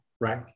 right